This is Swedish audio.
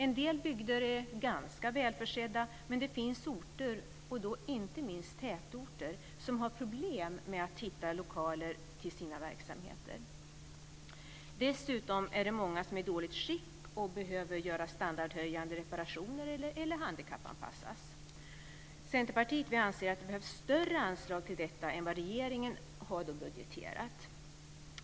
En del bygder är ganska välförsedda, men det finns orter, och då inte minst tätorter, som har problem med att hitta lokaler till sina verksamheter. Dessutom är det många som är i dåligt skick och där det behövs standardhöjande reparationer eller handikappanpassning. Centerpartiet anser att det behövs större anslag till detta än vad regeringen har budgeterat.